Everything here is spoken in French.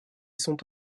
sont